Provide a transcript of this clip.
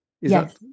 Yes